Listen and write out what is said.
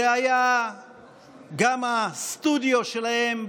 זה היה גם הסטודיו שלהם,